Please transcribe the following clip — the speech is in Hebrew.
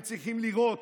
הם צריכים לירות.